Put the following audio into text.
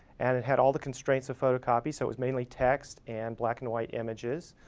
and it had all the constraints of photocopy, so it was mainly text and black and white images.